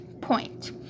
point